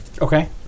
Okay